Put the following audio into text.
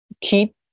keep